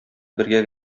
бергә